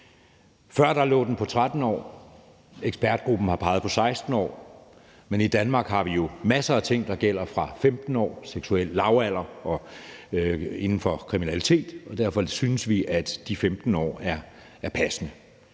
aldersgrænsen på 13 år, og ekspertgruppen har peget på 16 år, men i Danmark har vi jo masser af ting, der gælder fra 15 år, f.eks. en seksuel lavalder og inden for kriminalitet, og derfor synes vi, at de 15 år er passende.